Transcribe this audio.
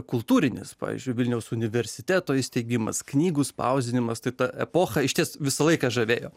kultūrinis pavyzdžiui vilniaus universiteto įsteigimas knygų spausdinimas tai ta epocha išties visą laiką žavėjo